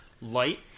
light